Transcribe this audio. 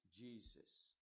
Jesus